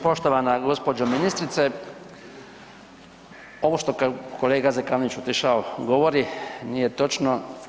Poštovana gospođo ministrice, ovo što je kolega Zekanović otišao govori nije točno.